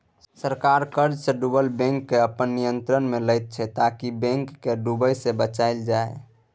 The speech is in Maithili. सरकार कर्जसँ डुबल बैंककेँ अपन नियंत्रणमे लैत छै ताकि बैंक केँ डुबय सँ बचाएल जाइ